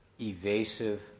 evasive